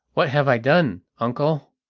what have i done, uncle?